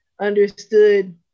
understood